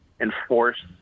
enforce